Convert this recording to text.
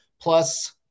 plus